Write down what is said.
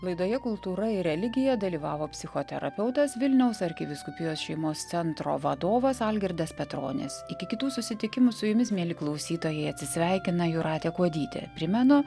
laidoje kultūra ir religija dalyvavo psichoterapeutas vilniaus arkivyskupijos šeimos centro vadovas algirdas petronis iki kitų susitikimų su jumis mieli klausytojai atsisveikina jūratė kuodytė primenu